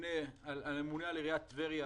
ומצד שני נכנסו פה להשקעות חריגות בגלל הצפי להמשך התנופה,